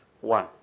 One